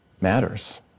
matters